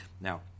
Now